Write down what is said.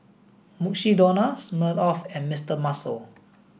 Mukshidonna Smirnoff and Mister Muscle